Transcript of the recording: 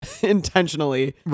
intentionally